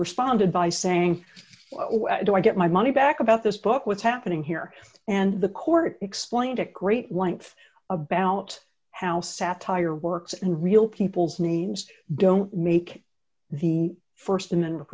responded by saying do i get my money back about this book what's happening here and the court explained at great length about how satire works and real people's names don't make the st amendment